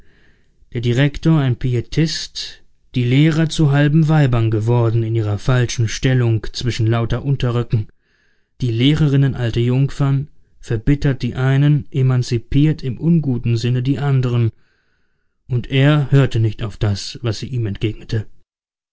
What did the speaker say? der direktor ein pietist die lehrer zu halben weibern geworden in ihrer falschen stellung zwischen lauter unterröcken die lehrerinnen alte jungfern verbittert die einen emanzipiert im unguten sinne die anderen und er hörte nicht auf das was sie ihm entgegnete